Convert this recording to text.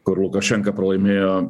kur lukašenka pralaimėjo